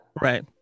Right